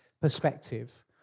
perspective